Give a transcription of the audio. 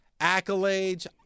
accolades